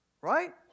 right